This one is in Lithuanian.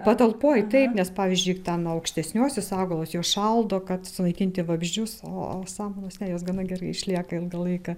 patalpoj taip nes pavyzdžiui ten aukštesniuosius augalus juos šaldo kad sunaikinti vabzdžius o samanos ne jos gana gerai išlieka ilgą laiką